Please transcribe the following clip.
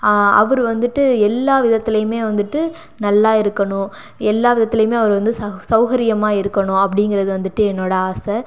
அவர் வந்துட்டு எல்லா விதத்துலையுமே வந்துட்டு நல்லா இருக்கணும் எல்லா விதத்துலையுமே அவர் வந்து சௌ சௌகரியமாக இருக்கணும் அப்படிங்குறது வந்துட்டு என்னோடய ஆசை